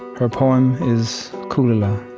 her poem is kulila.